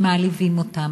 שמעליבים אותם,